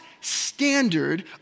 standard